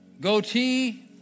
Goatee